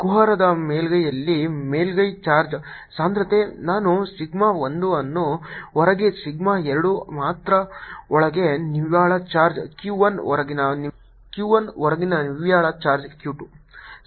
ಕುಹರದ ಮೇಲ್ಮೈಯಲ್ಲಿ ಮೇಲ್ಮೈ ಚಾರ್ಜ್ ಸಾಂದ್ರತೆ ನಾನು ಸಿಗ್ಮಾ 1 ಮತ್ತು ಹೊರಗೆ ಸಿಗ್ಮಾ 2 ಮತ್ತು ಒಳಗೆ ನಿವ್ವಳ ಚಾರ್ಜ್ Q 1 ಹೊರಗಿನ ನಿವ್ವಳ ಚಾರ್ಜ್ Q 2